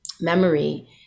memory